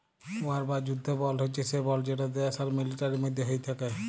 war বা যুদ্ধ bond হছে সে বল্ড যেট দ্যাশ আর মিলিটারির মধ্যে হ্যয়ে থ্যাকে